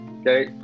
okay